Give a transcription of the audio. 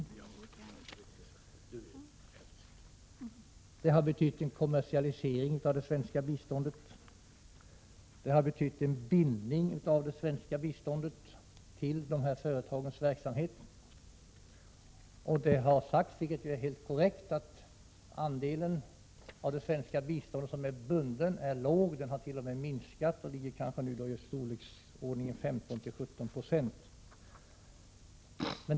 U-krediterna har betytt en kommersialisering av det svenska biståndet, en bindning av det till de berörda företagens verksamhet. Det har påpekats att den bundna andelen av det svenska biståndet är låg och t.o.m. har minskat — den är nu kanske i storleksordningen 15-17 96 — och detta är helt korrekt.